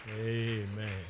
amen